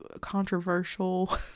controversial